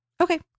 Okay